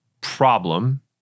problem